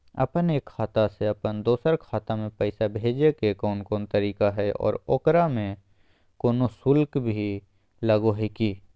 अपन एक खाता से अपन दोसर खाता में पैसा भेजे के कौन कौन तरीका है और ओकरा में कोनो शुक्ल भी लगो है की?